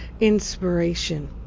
inspiration